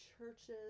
churches